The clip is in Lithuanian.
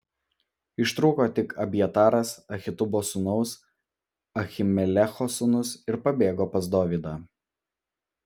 ištrūko tik abjataras ahitubo sūnaus ahimelecho sūnus ir pabėgo pas dovydą